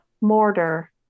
Mortar